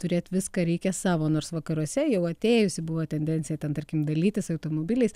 turėt viską reikia savo nors vakaruose jau atėjusi buvo tendencija ten tarkim dalytis automobiliais